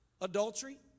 Adultery